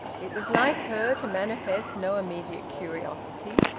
it was like her to manifest no immediate curiosity,